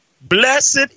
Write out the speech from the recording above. blessed